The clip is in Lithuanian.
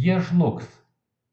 jie žlugs